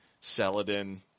Saladin